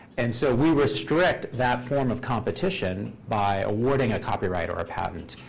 and so we restrict that form of competition by awarding a copyright or a patent.